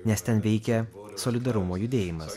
nes ten veikė solidarumo judėjimas